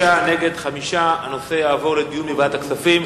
6, נגד, 5. הנושא יעבור לדיון בוועדת הכספים.